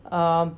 um